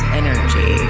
energy